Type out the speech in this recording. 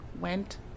went